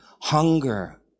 hunger